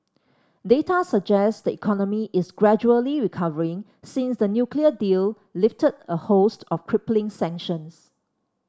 data suggest the economy is gradually recovering since the nuclear deal lifted a host of crippling sanctions